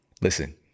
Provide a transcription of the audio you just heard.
Listen